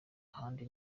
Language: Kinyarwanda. ahandi